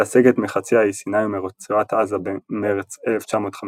לסגת מחצי האי סיני ומרצועת עזה במרץ 1957